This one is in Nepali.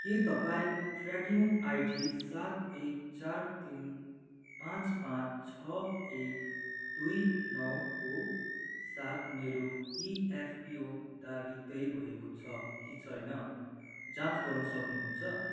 के तपाईँ ट्र्याकिङ आइडी सात एक चार तिन पाँच पाँच छ एक दुई नौ को साथ मेरो इएफपिओ दावी तय भएको छ कि छैन जाँच गर्न सक्नुहुन्छ